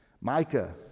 Micah